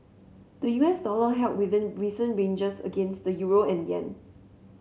the U S dollar held within recent ranges against the euro and yen